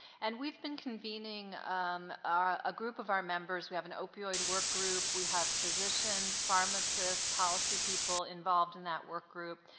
and we've been convening um a ah group of our members, we have an opioid work group, we have physicians, pharmacists, policy people involved in that work group.